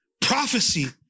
Prophecy